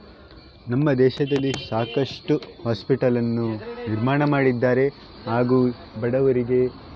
ನಮ್ಮ ದೇಶದಲ್ಲಿ ಸಾಕಷ್ಟು ಹಾಸ್ಪಿಟಲನ್ನು ನಿರ್ಮಾಣ ಮಾಡಿದ್ದಾರೆ ಹಾಗೂ ಬಡವರಿಗೆ